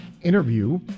interview